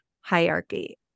hierarchy